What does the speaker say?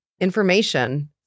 information